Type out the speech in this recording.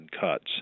cuts